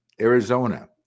Arizona